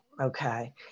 okay